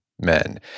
men